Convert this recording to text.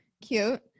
Cute